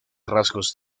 rasgos